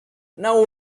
now